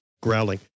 growling